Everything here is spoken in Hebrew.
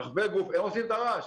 רחבי גוף הם עושים את הרעש.